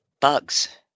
bugs